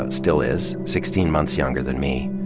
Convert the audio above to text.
ah still is, sixteen months younger than me.